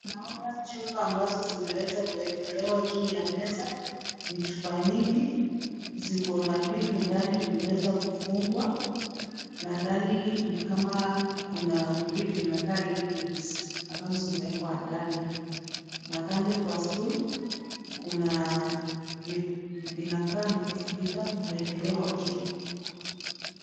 Tunaona chupa ambazo zimeweza kuekelewa juu ya meza, ni chupa nyingi, ziko na vitu ndani zimewezwa kufungwa, na ndani ni kama kuna vitu zinakaa liquids , ambazo zimewekwa ndani, na kando kwa stool kuna, inakaa ni vitabu vimeekelewa juu.